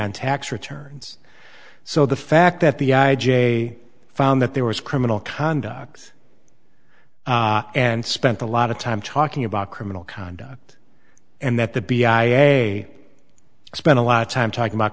on tax returns so the fact that the i j a found that there was criminal conduct and spent a lot of time talking about criminal conduct and that the b i a spent a lot of time talking about